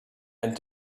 and